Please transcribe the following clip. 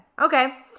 Okay